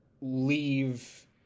leave